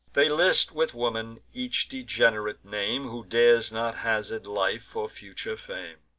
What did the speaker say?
they list with women each degenerate name, who dares not hazard life for future fame.